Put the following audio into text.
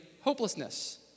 hopelessness